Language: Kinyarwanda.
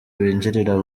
binjirira